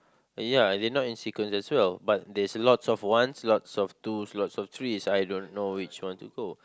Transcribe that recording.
ya they not in sequence as well but there's lots of ones lots of twos lots of threes I don't know which one to go